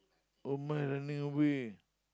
oh my a new way